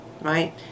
right